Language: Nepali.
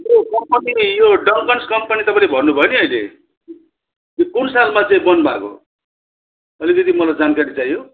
यो कम्पनी यो डङ्कन्स कम्पनी तपाईँले भन्नुभयो नि अहिले यो कुन सालमा चाहिँ बन्द भएको अलिकति मलाई जानकारी चाहियो